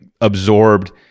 absorbed